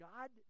God